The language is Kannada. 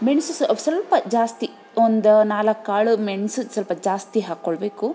ಮೆಣಸು ಸ್ವಲ್ಪ ಜಾಸ್ತಿ ಒಂದು ನಾಲ್ಕು ಕಾಳು ಮೆಣಸು ಸ್ವಲ್ಪ ಜಾಸ್ತಿ ಹಾಕ್ಕೊಳ್ಬೇಕು